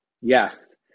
Yes